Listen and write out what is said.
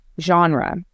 genre